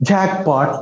Jackpot